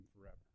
forever